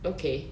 okay